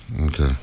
okay